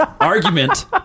argument